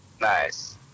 Nice